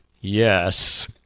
Yes